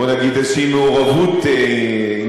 בוא נגיד, איזושהי מעורבות אינטרסנטית.